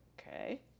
Okay